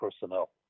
personnel